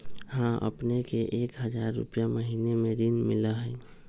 हां अपने के एक हजार रु महीने में ऋण मिलहई?